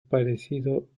parecido